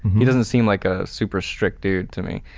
he doesn't seem like a super strict dude to me.